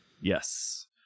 Yes